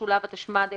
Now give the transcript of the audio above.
התשמ"ד 1984‏,